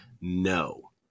no